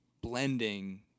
blending